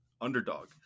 Underdog